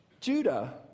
Judah